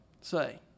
say